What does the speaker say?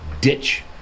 ditch